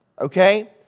okay